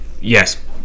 Yes